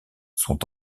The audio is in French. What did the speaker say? sont